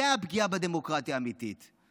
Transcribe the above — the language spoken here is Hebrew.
זאת הפגיעה האמיתית בדמוקרטיה,